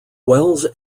wells